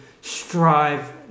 strive